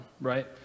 right